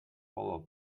polo